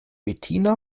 bettina